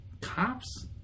cops